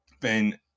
Ben